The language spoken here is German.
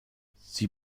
sie